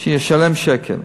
שישלם שקל.